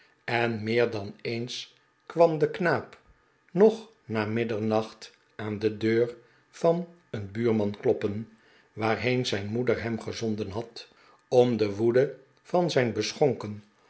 en meer dan eens kwam de knaap nog na middernacht aan de deur van een buurman kloppen waarheen zijn moeder hem gezonden had om de woede van zijn beschonken